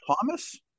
Thomas